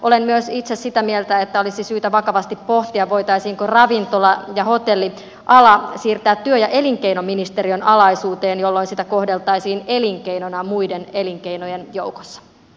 olen itse myös sitä mieltä että olisi syytä vakavasti pohtia voitaisiinko ravintola ja hotelliala siirtää työ ja elinkeinoministeriön alaisuuteen jolloin sitä kohdeltaisiin elinkeinona muiden elinkeinojen joukossa